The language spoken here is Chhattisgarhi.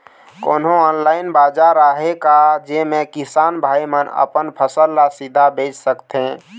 कोन्हो ऑनलाइन बाजार आहे का जेमे किसान भाई मन अपन फसल ला सीधा बेच सकथें?